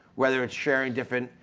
whether it's sharing different,